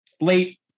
late